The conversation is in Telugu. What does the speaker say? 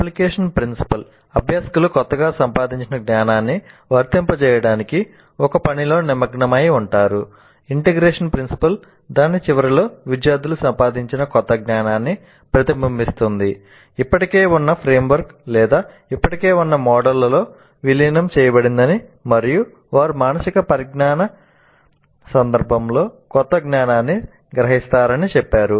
అప్లికేషన్ ప్రిన్సిపల్ దాని చివరలో విద్యార్థులు సంపాదించిన కొత్త జ్ఞానాన్ని ప్రతిబింబిస్తుందని ఇప్పటికే ఉన్న ఫ్రేమ్వర్క్ ఇప్పటికే ఉన్న మోడల్లో విలీనం చేయబడిందని మరియు వారు మానసిక పరిజ్ఞాన సందర్భంలో కొత్త జ్ఞానాన్ని గ్రహిస్తారని చెప్పారు